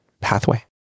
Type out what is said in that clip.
pathway